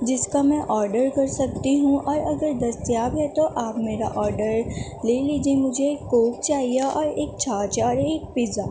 جس کا میں آڈر کر سکتی ہوں اور اگر دستیاب ہے تو آپ میرا آڈر لے لجیے مجھے کوک چاہیے اور ایک چھاچ اور ایک پزہ